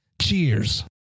Cheers